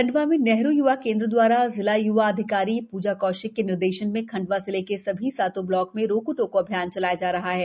खंडवा में नेहरु य्वा केंद्र द्वारा जिला य्वा अधिकारी श्रीमती पूजा कौशिक के निर्देशन में खंडवा जिले के सभी सातों ब्लॉक मैं रोको टोको अभियान चलाया जा रहा है